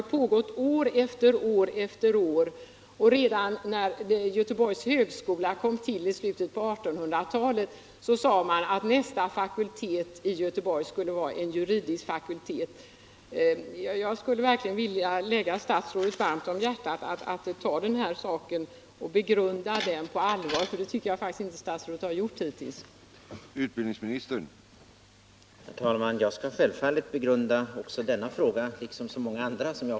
Det har pågått år efter år efter år, men redan när Göteborgs högskola kom till i slutet på 1800-talet sade man att nästa fakultet i Göteborg skulle vara en juridisk fakultet. Jag skulle verkligen vilja lägga statsrådet varmt om hjärtat att ta den här saken på allvar och begrunda den — det tycker jag faktiskt inte att statsrådet har gjort hittills.